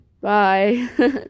bye